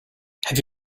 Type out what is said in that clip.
have